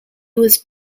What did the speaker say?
was